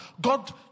God